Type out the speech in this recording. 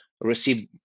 received